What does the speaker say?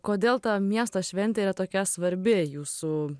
kodėl miesto šventė yra tokia svarbi jūsų